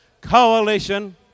coalition